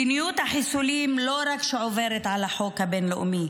מדיניות החיסולים לא רק שעוברת על החוק הבין-לאומי